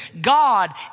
God